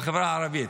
בחברה הערבית.